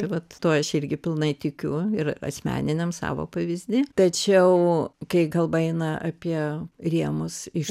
vat tuo aš irgi pilnai tikiu ir asmeniniam savo pavyzdy tačiau kai kalba eina apie rėmus iš